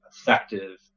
effective